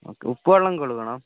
okay ഉപ്പ് വെള്ളം കൊളുകണം